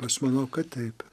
aš manau kad taip